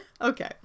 Okay